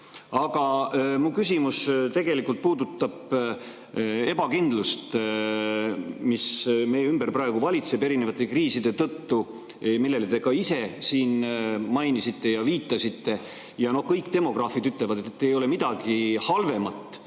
mu küsimus tegelikult puudutab ebakindlust, mis meie ümber praegu valitseb erinevate kriiside tõttu, mida te ka ise mainisite ja millele viitasite. Kõik demograafid ütlevad, et ei ole midagi halvemat